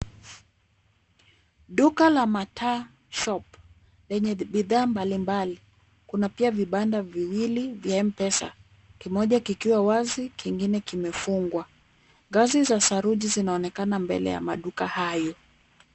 Duka la Mataa shop lenye bidhaa mbalimbali, kuna pia vibanda viwili vya M-Pesa kimoja kikiwa wazi kingine kimefungwa. Ngazi za saruji zinaonekana mbele ya maduka hayo.